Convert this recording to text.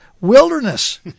wilderness